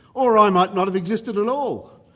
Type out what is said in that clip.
or i might not have existed at all,